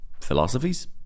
philosophies